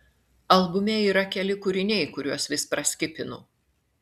albume yra keli kūriniai kuriuos vis praskipinu